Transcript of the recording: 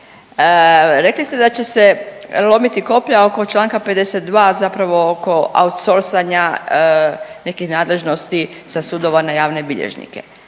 Rekli ste da će se lomiti koplja ono čl. 52 zapravo oko „autsorsanja“ nekih nadležnosti sa sudova na javne bilježnike.